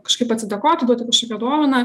kažkaip atsidėkoti duoti kažkokią dovaną